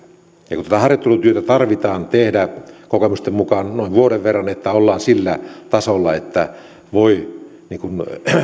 kun tätä harjoittelutyötä tarvitsee tehdä kokemusten mukaan noin vuoden verran että ollaan sillä tasolla että voi